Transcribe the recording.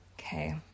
Okay